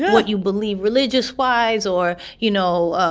what you believe religious wise or you know,